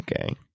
okay